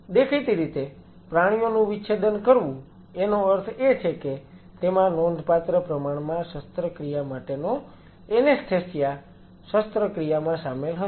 દેખીતી રીતે પ્રાણીઓનું વિચ્છેદન કરવું એનો અર્થ એ છે કે તેમાં નોંધપાત્ર પ્રમાણમાં શસ્ત્રક્રિયા માટેનો એનેસ્થેસિયા શસ્ત્રક્રિયામાં સામેલ હશે